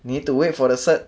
need to wait for the cert